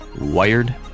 wired